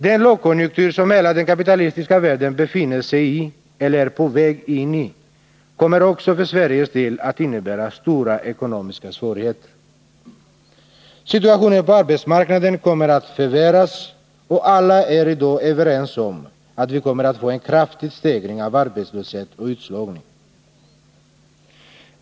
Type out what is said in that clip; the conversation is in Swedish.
Den lågkonjunktur som hela den kapitalistiska världen befinner sig i eller är på väg in i kommer också för Sveriges del att innebära stora ekonomiska svårigheter. Situationen på arbetsmarknaden kommer att förvärras, och alla är i dag överens om att vi kommer att få en kraftig stegring av arbetslöshet och utslagning.